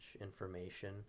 information